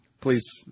please